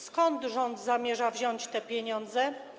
Skąd rząd zamierza wziąć te pieniądze?